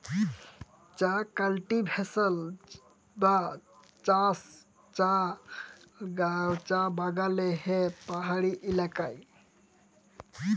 চাঁ কাল্টিভেশল বা চাষ চাঁ বাগালে হ্যয় পাহাড়ি ইলাকায়